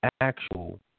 actual